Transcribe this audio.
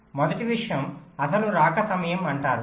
మొదటి విషయం అసలు రాక సమయం అంటారు